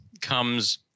comes